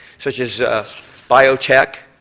such as biotech,